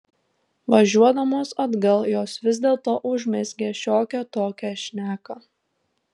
važiuodamos atgal jos vis dėlto užmezgė šiokią tokią šneką